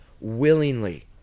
willingly